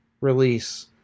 release